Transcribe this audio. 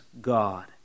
God